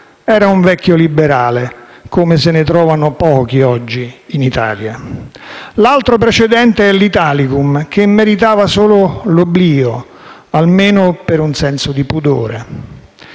Era un vecchio liberale, come se ne trovano pochi oggi in Italia. L'altro precedente è l'Italicum, che meritava solo l'oblio, almeno per un senso di pudore.